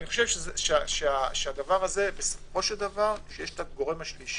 אני חושב שזה בסופו של דבר, יש הגורם השלישי,